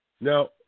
Now